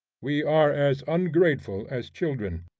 we are as ungrateful as children.